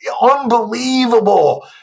Unbelievable